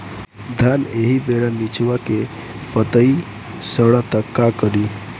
धान एही बेरा निचवा के पतयी सड़ता का करी?